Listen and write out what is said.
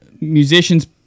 Musicians